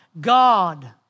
God